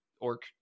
Orc